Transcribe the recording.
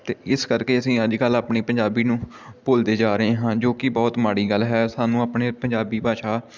ਅਤੇ ਇਸ ਕਰਕੇ ਅਸੀਂ ਅੱਜ ਕੱਲ੍ਹ ਆਪਣੀ ਪੰਜਾਬੀ ਨੂੰ ਭੁੱਲਦੇ ਜਾ ਰਹੇ ਹਾਂ ਜੋ ਕਿ ਬਹੁਤ ਮਾੜੀ ਗੱਲ ਹੈ ਸਾਨੂੰ ਆਪਣੇ ਪੰਜਾਬੀ ਭਾਸ਼ਾ